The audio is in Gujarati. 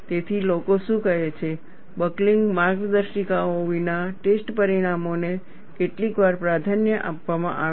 તેથી લોકો શું કહે છે બકલિંગ માર્ગદર્શિકાઓ વિના ટેસ્ટ પરિણામોને કેટલીકવાર પ્રાધાન્ય આપવામાં આવે છે